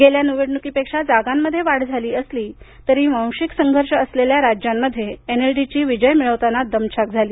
गेल्या निवडणुकीपेक्षा जागांमध्ये वाढ झाली असली तरी वांशिक संघर्ष असलेल्या राज्यांमध्ये एनएलडी ची विजय मिळवताना दमछाक झाली